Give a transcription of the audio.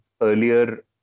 earlier